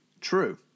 True